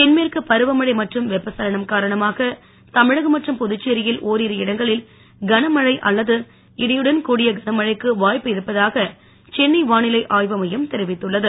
தென்மேற்கு பருவமழை மற்றும் வெப்பசலனம் காரணமாக தமிழகம் மற்றும் புதுச்சேரியில் ஒரிரு இடங்களில் கனமழை அல்லது இடியுடன் கூடிய கனமழைக்கு வாய்ப்பு இருப்பதாக சென்னை வானிலை ஆய்வுமையம் தெரிவித்துள்ளது